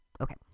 Okay